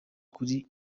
kuri